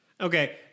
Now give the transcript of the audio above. okay